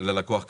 ללקוח הקצה.